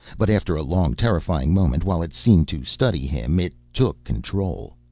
but, after a long, terrifying moment while it seemed to study him, it took control.